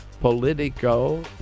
Politico